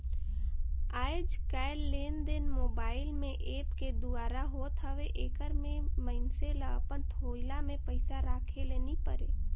आएज काएललेनदेन मोबाईल में ऐप के दुवारा होत हवे एकर ले मइनसे ल अपन थोइला में पइसा राखे ले नी परे